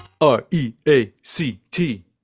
R-E-A-C-T